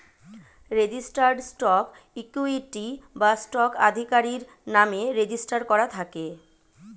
registered stock equity বা stock আধিকারির নামে রেজিস্টার করা থাকে